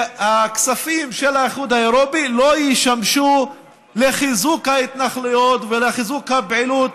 שהכספים של האיחוד האירופי לא ישמשו לחיזוק ההתנחלויות ולחיזוק הפעילות